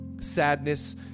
sadness